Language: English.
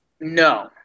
No